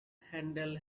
handle